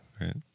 right